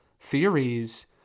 theories